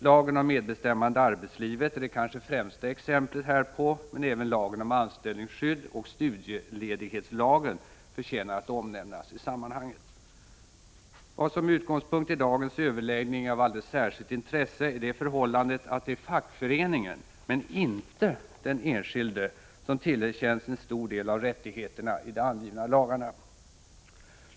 Lagen om medbestämmande i arbetslivet är det kanske främsta exemplet härpå, men även lagen om anställningsskydd och studieledighetslagen förtjänar att omnämnas i sammanhanget. Vad som med utgångspunkt i dagens överläggning är av alldeles särskilt intresse är det förhållandet att det är fackföreningen men inte den enskilde som tillerkänns en stor del av rättigheterna i de angivna lagarna.